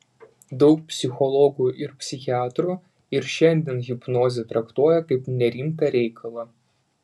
daug psichologų ir psichiatrų ir šiandien hipnozę traktuoja kaip nerimtą reikalą